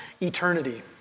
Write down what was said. eternity